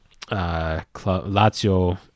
Lazio